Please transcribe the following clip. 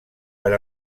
per